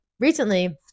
Recently